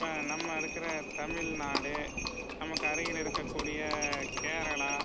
இப்போ நம்ம இருக்கிற தமிழ்நாடு நமக்கு அருகில் இருக்கக்கூடிய கேரளா